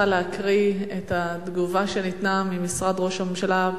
להקריא את התגובה שניתנה ממשרד ראש הממשלה,